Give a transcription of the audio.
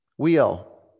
wheel